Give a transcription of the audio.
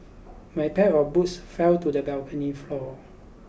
my pair of boots fell to the balcony floor